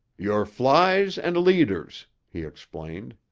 your flies and leaders, he explained.